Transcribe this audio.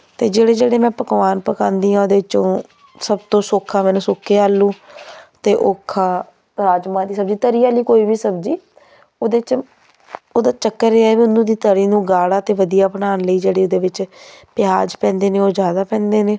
ਅਤੇ ਜਿਹੜੇ ਜਿਹੜੇ ਮੈਂ ਪਕਵਾਨ ਪਕਾਉਂਦੀ ਹਾਂ ਉਹਦੇ 'ਚੋਂ ਸਭ ਤੋਂ ਸੌਖਾ ਮੈਨੂੰ ਸੁੱਕੇ ਆਲੂ ਅਤੇ ਔਖਾ ਰਾਜਮਾਂਹ ਦੀ ਸਬਜ਼ੀ ਤਰੀ ਵਾਲੀ ਕੋਈ ਵੀ ਸਬਜ਼ੀ ਉਹਦੇ 'ਚ ਉਹਦਾ ਚੱਕਰ ਇਹ ਹੈ ਵੀ ਉਹਨੂੰ ਉਹਦੀ ਤਰੀ ਨੂੰ ਗਾੜਾ ਅਤੇ ਵਧੀਆ ਬਣਾਉਣ ਲਈ ਜਿਹੜੀ ਉਹਦੇ ਵਿੱਚ ਪਿਆਜ਼ ਪੈਂਦੇ ਨੇ ਉਹ ਜ਼ਿਆਦਾ ਪੈਂਦੇ ਨੇ